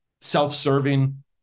self-serving